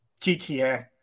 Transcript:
GTA